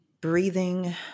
breathing